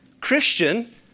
Christian